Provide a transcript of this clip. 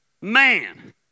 Man